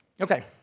Okay